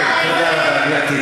תודה רבה.